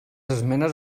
esmenes